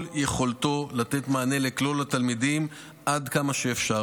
יכולתו לתת מענה לכלל התלמידים עד כמה שאפשר.